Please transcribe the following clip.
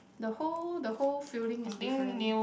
the whole the whole feeling is different